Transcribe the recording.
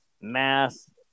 math